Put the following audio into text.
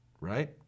right